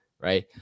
Right